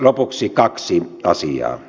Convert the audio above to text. lopuksi kaksi asiaa